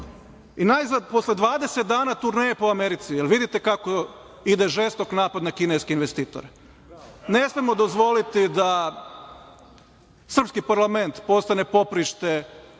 posle 20 dana turneje po Americi, jel vidite kako ide žestok napad na kineske investitore, ne smemo dozvoliti da srpski parlament postane poprište